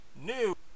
new